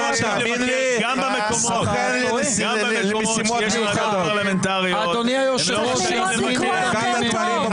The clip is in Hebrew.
גם במקומות שיש ועדות פרלמנטריות --- אדוני היושב-ראש יזמין את הממ"מ.